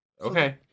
Okay